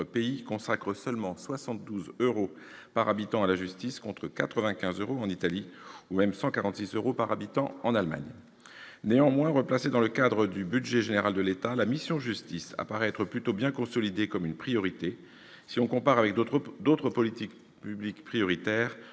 pays consacre seulement 72 euros par habitant à la justice, contre 95 euros en Italie ou même 146 euros en Allemagne. Néanmoins, replacée dans le cadre du budget général de l'État, la mission « Justice » apparaît bien considérée comme une priorité. Si l'on compare avec d'autres politiques publiques prioritaires-